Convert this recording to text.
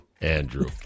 Andrew